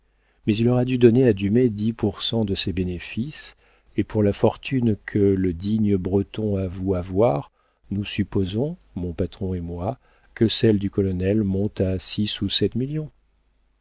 mais il aura dû donner à dumay dix pour cent de ses bénéfices et par la fortune que le digne breton avoue avoir nous supposons mon patron et moi que celle du colonel monte à six ou sept millions